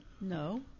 No